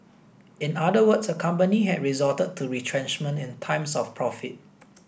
in other words a company had resorted to retrenchment in times of profit